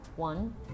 one